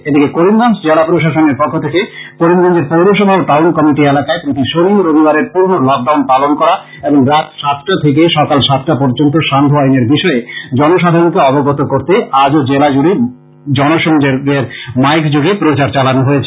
এদিকে করিমগঞ্জ জেলা প্রশাসনের পক্ষ থেকে করিমগঞ্জের পৌরসভা ও টাউন কমিটি এলাকায় প্রতি শনি ও রবিবারের পূর্ণ লক ডাউন পালন করা এবং রাত সাতটা থেকে সকাল সাতটা পর্য্যন্ত সান্ধ্য আইনের বিষয়ে জনসাধারণকে অবগত করতে আজও জেলাজুড়ে জনসংযোগের মাইক যোগে প্রচার চালানো হয়েছে